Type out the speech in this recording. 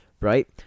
right